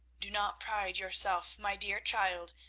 do not pride yourself, my dear child,